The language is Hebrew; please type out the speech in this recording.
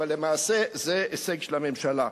אבל למעשה זה הישג של הממשלה.